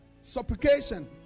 supplication